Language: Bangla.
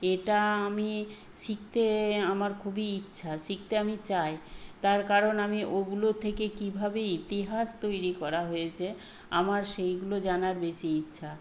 এটা আমি শিখতে আমার খুবই ইচ্ছা শিখতে আমি চাই তার কারণ আমি ওগুলোর থেকে কীভাবে ইতিহাস তৈরি করা হয়েছে আমার সেইগুলো জানার বেশি ইচ্ছা